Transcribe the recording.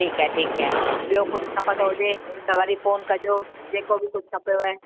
ठीकु आहे ठीकु आहे ॿियो कुझु खपंदो हुजे त वरी फ़ोन कजो जेको बि कुझु खपेव